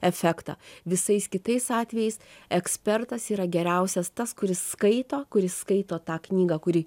efektą visais kitais atvejais ekspertas yra geriausias tas kuris skaito kuris skaito tą knygą kuri